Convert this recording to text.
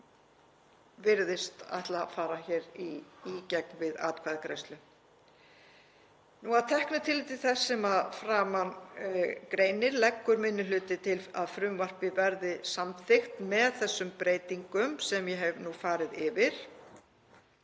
fer, virðist ætla að fara hér í gegn við atkvæðagreiðslu. Að teknu tilliti til þess sem að framan greinir leggur minni hlutinn til að frumvarpið verði samþykkt með þeim breytingum sem ég hef nú farið yfir